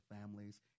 families